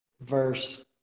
verse